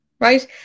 right